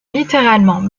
littéralement